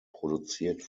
produziert